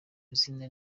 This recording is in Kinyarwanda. izina